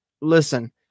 Listen